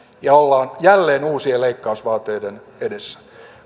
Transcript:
ja ollaan jälleen uusien leikkausvaateiden edessä